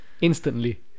Instantly